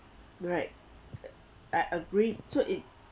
right I agree so it